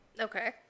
Okay